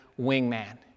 wingman